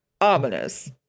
ominous